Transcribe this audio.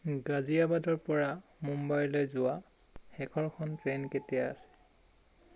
গাজিয়াবাদৰ পৰা মুম্বাইলৈ যোৱা শেষৰখন ট্ৰেইন কেতিয়া আছে